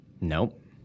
Nope